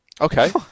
Okay